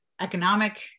economic